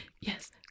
Yes